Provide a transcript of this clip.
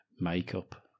makeup